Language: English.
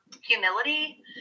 humility